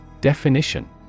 Definition